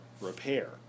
repair